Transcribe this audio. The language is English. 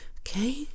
okay